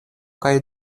kaj